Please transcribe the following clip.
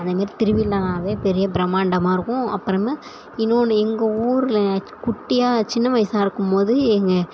அந்த மாரி திருவிழானாவே பெரிய பிரம்மாண்டமாக இருக்கும் அப்புறமே இன்னொன்று எங்கள் ஊரில் குட்டியாக சின்ன வயசாக இருக்கும் போது எங்கள்